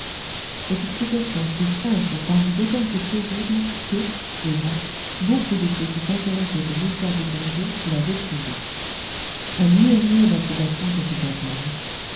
cette explication si simple parut d'autant plus plausible que déjà beaucoup de ceux qui s'intéressaient aux mystères du glandier l'avaient trouvée un murmure d'approbation se fit entendre